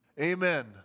Amen